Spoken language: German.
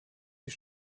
die